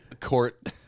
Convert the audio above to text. court